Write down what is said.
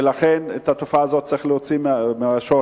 ולכן את התופעה הזאת צריך להוציא מהשורש.